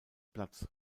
platz